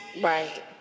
right